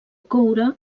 coure